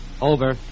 Over